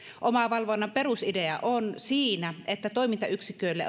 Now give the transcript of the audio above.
omavalvonnan perusidea on siinä että toimintayksiköille